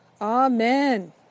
Amen